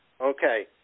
okay